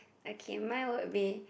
okay mine would be